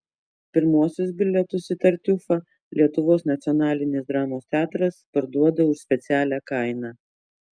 pirmuosius bilietus į tartiufą lietuvos nacionalinis dramos teatras parduoda už specialią kainą